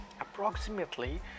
approximately